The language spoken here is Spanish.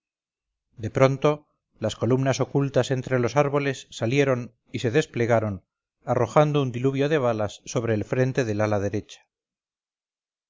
de pronto las columnas ocultas entre los árboles salieron y se desplegaron arrojando un diluvio de balas sobre el frente del ala derecha